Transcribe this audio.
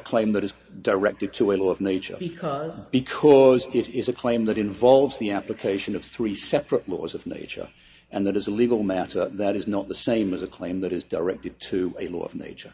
a claim that is directed to a law of nature because because it is a claim that involves the application of three separate laws of nature and that is a legal matter that is not the same as a claim that is directed to a law of nature